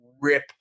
rip